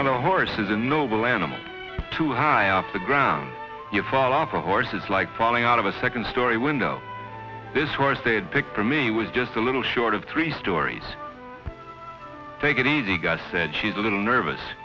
a horse is a noble animal too high off the ground you fall off a horse it's like falling out of a second story window this was they had picked for me was just a little short of three stories take it easy guys said she's a little nervous